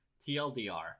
TLDR